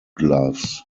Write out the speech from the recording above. gloves